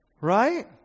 Right